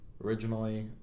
Originally